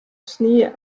snie